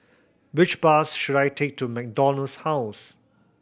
which bus should I take to MacDonald's House